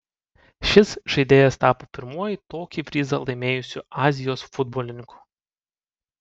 šis žaidėjas tapo pirmuoju tokį prizą laimėjusiu azijos futbolininku